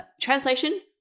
translation